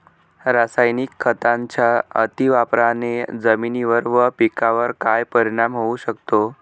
रासायनिक खतांच्या अतिवापराने जमिनीवर व पिकावर काय परिणाम होऊ शकतो?